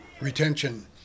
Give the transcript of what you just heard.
retention